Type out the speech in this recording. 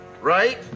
Right